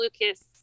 Lucas